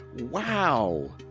wow